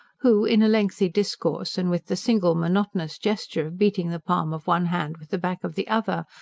who, in a lengthy discourse and with the single monotonous gesture of beating the palm of one hand with the back of the other,